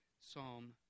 psalm